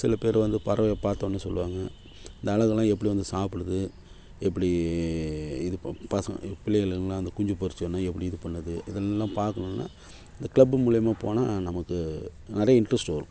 சில பேர் வந்து பறவையை பார்த்த ஒடனே சொல்லுவாங்க இந்த அலகெல்லாம் எப்படி வந்து சாப்பிடுது எப்படி இது ப பசங்கள் ஏ பிள்ளைகளுக்கல்லாம் அந்த குஞ்சு பொரித்த ஒடனே எப்படி இது பண்ணுது இதெல்லாம் பார்க்கணுன்னா இந்த க்ளப்பு மூலிமா போனால் நமக்கு நிறைய இன்ட்ரஸ்ட் வரும்